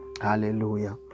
hallelujah